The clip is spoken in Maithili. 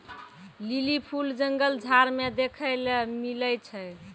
लीली फूल जंगल झाड़ मे देखै ले मिलै छै